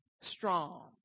strong